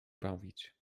bawić